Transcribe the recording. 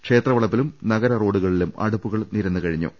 ക്ഷേത്രവളപ്പിലും നഗര റോഡുകളിലും അടുപ്പുകൾ നിരന്നു കഴിഞ്ഞു